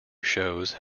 shows